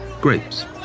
grapes